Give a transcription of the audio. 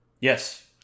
Yes